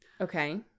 Okay